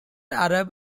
arab